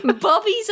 Bobby's